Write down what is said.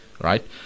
right